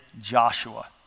Joshua